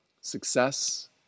success